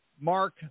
Mark